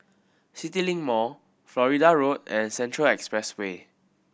CityLink Mall Florida Road and Central Expressway